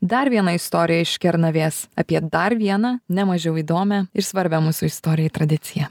dar vieną istoriją iš kernavės apie dar vieną ne mažiau įdomią ir svarbią mūsų istorijai tradiciją